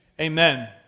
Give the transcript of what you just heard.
amen